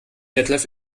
detlef